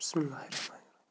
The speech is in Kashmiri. بِسمِہ اللہ رحمٰن رحیٖم